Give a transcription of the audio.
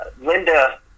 Linda